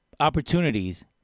opportunities